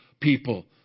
people